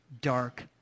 dark